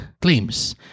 claims